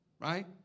right